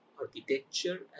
architecture